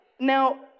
Now